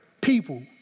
people